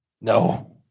No